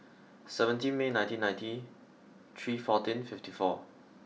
seventeenth May nineteen ninety three fourteen fifty four